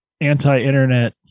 anti-internet